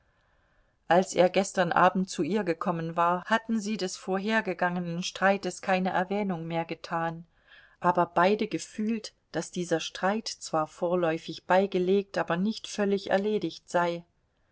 als er gestern abend zu ihr gekommen war hatten sie des vorhergegangenen streites keine erwähnung mehr getan aber beide gefühlt daß dieser streit zwar vorläufig beigelegt aber nicht völlig erledigt sei